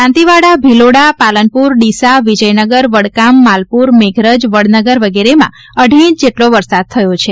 દાંતીવાડા ભીલોડ પાલનપુર ડીસા વિજયનગર વડગામ માલપુર મેઘરજ વડનગર વગેરેમાં અઢી ઇંચ જેટલો વરસાદ થયો છે